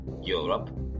Europe